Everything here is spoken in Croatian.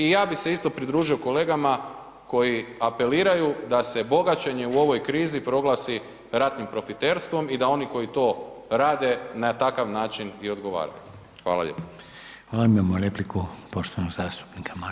I ja bis e isto pridružio kolegama koji apeliraju da se bogaćenje u ovoj krizi proglasi ratnim profiterstvom i da oni koji to rade, na takav način i odgovaraju.